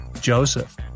Joseph